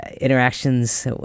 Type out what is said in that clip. interactions